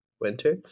winter